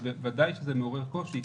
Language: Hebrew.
בוודאי זה מעורר קושי,